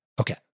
Okay